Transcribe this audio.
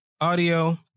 audio